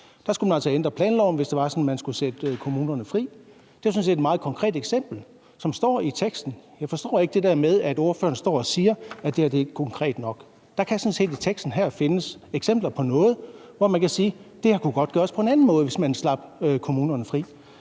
Der skulle man altså ændre planloven, hvis det var sådan, at man skulle sætte kommunerne fri. Det er sådan set et meget konkret eksempel, som står i teksten. Jeg forstår ikke, at ordføreren står og siger, at det her ikke er konkret nok. Der kan sådan set i teksten her findes eksempler på noget, hvortil man siger, at det her godt kunne gøres på en anden måde, hvis man slap kommunerne fri.